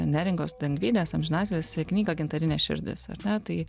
neringos dangvydės amžiną atilsį knygą gintarinė širdis ar ne tai